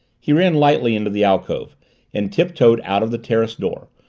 he ran lightly into the alcove and tiptoed out of the terrace door,